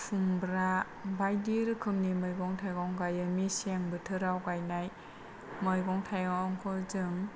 खुमब्रा बायदि रोखोमनि मैगं थाइगं गायो मेसें बोथोराव गायनाय मैगं थाइगंफोरजों